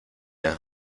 has